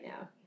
now